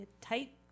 tight